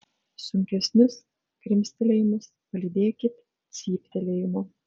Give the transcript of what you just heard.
sunkesnius krimstelėjimus palydėkit cyptelėjimu